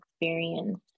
experience